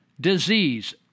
disease